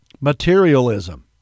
materialism